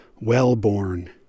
well-born